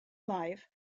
life